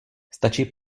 stačí